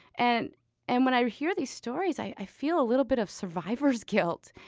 and and when i hear these stories, i feel a little bit of survivor's guilt.